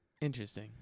Interesting